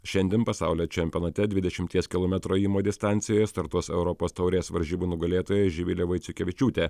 šiandien pasaulio čempionate dvidešimties kilometrų ėjimo distancijoje startuos europos taurės varžybų nugalėtoja živilė vaiciukevičiūtė